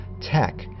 tech